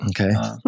Okay